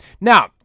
Now